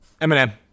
Eminem